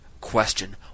question